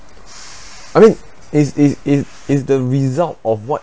I mean is is is is the result of what